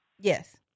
yes